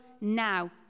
now